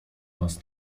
nas